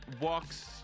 walks